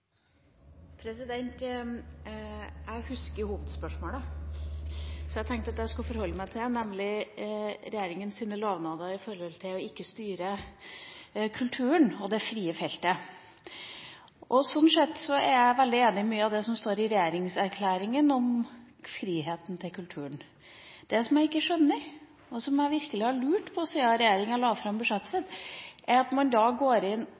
jeg skulle forholde meg til det – nemlig regjeringas lovnader om ikke å styre kulturen og det frie feltet. Sånn sett er jeg veldig enig i mye av det som står i regjeringserklæringa om friheten til kulturen. Det som jeg ikke skjønner, og som jeg virkelig har lurt på siden regjeringa la fram budsjettet sitt, er at man går inn